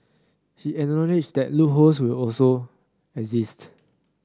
he acknowledged that loopholes will always exist